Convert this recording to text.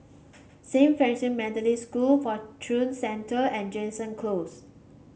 Saint Francis Methodist School Fortune Centre and Jansen Close